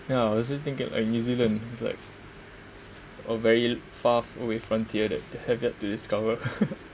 yeah I was just thinking of like new zealand is like a very far away frontier that have yet to discover